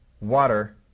water